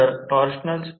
03 Ω आहे